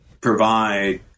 provide